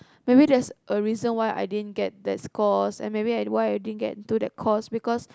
maybe there's a reason why I didn't get that scores and maybe I why I didn't get into that course because